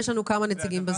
יש לנו גם כמה נציגים בזום.